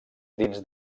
dins